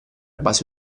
base